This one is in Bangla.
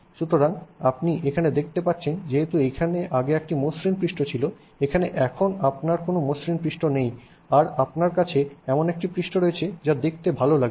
সুতরাং আপনি এখানে দেখতে পাচ্ছেন যেহেতু এখানে আগে একটি মসৃণ পৃষ্ঠ ছিল এখানে এখন আপনার কোনও মসৃণ পৃষ্ঠ নেই আর আপনার কাছে এমন একটি পৃষ্ঠ রয়েছে যা দেখতে ভাল লাগে